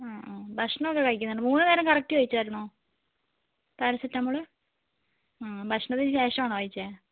ഭക്ഷണമൊക്കെ കഴിക്കുന്നുണ്ടോ മൂന്ന് നേരം കറക്റ്റ് കഴിച്ചായിരുന്നോ പാരസെറ്റാമോള് ഭക്ഷണത്തിന് ശേഷമാണോ കഴിച്ചത്